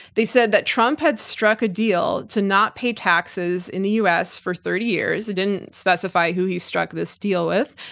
they said that trump had struck a deal to not pay taxes in the us for thirty years. it didn't specify who he struck this deal with,